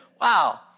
wow